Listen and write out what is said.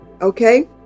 Okay